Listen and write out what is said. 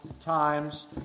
times